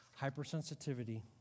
hypersensitivity